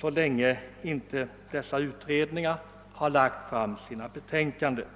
så länge inte utredningarna har lagt fram sina betänkanden.